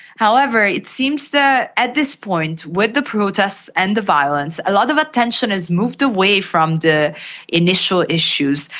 however, it seems that at this point with the protests and the violence a lot of attention has moved away from the initial issues,